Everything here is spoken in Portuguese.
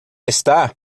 está